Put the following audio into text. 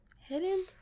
hidden